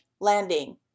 landing